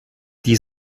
die